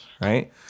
Right